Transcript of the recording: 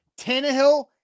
Tannehill